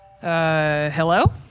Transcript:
Hello